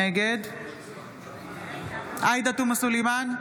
נגד עאידה תומא סלימאן,